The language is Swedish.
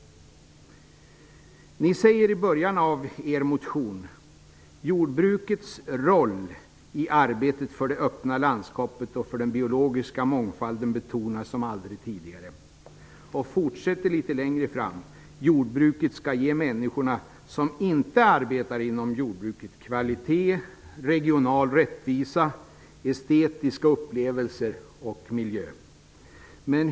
Ni säger i början av er motion: ''Jordbrukets roll i arbetet för det öppna landskapet och för den biologiska mångfalden betonas som aldrig tidigare.'' Ni säger vidare att jordbruket skall ge människor som inte arbetar inom jordbruket kvalitet, regional rättvisa, estetiska upplevelser och god miljö.